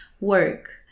work